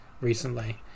recently